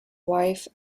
wife